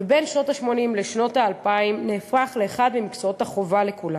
ובין שנות ה-80 לשנות ה-2000 הפך הנושא לאחד ממקצועות החובה לכולם.